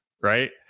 Right